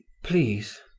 please